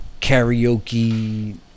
karaoke